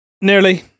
nearly